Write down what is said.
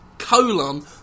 Colon